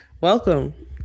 Welcome